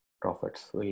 profits